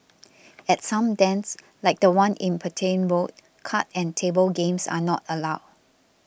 at some dens like the one in Petain Road card and table games are not allowed